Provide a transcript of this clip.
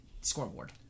scoreboard